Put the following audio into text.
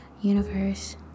Universe